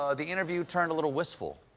ah the interview turned a little wistful.